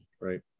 Right